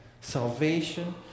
Salvation